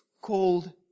called